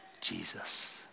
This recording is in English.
Jesus